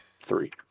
Three